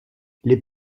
les